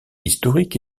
historique